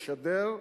לשדר,